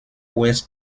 ouest